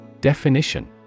Definition